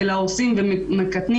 אלא עושים ומקטנים,